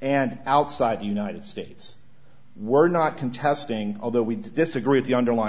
and outside the united states were not contesting although we disagree with the underlying